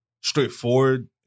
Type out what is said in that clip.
straightforward